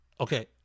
okay